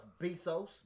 Bezos